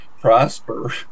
prosper